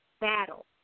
battle